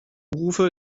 rufe